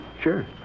Sure